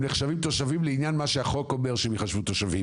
הם נחשבים תושבים לעניין מה שהחוק אומר שהם ייחשבו תושבים.